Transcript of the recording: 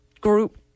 group